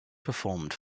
performed